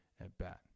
at-bat